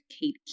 Kate